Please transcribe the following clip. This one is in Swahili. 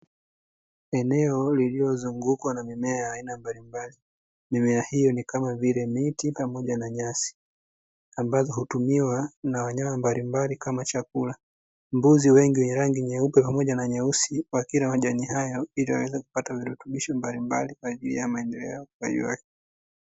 Eneo lililozungukwa na mimea aina mbalimbali, mimea hiyo ni kama vile miti pamoja na nyasi, ambazo hutumiwa na wanyama mbalimbali kama chakula. Mbuzi wengi wenye rangi nyeupe pamoja na nyeusi, wakila majani hayo ili waweze kupata virutubisho mbalimbali kwa ajili ya maendeleo ya ukuaji wake.